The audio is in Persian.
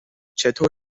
چطور